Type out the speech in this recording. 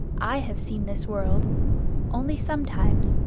i have seen this world only sometimes,